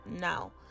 now